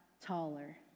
taller